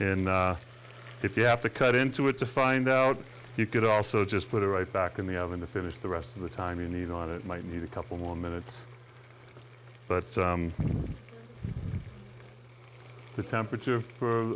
in if you have to cut into it to find out you could also just put it right back in the oven to finish the rest of the time you need on it might need a couple more minutes but the temperature for